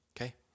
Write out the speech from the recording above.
Okay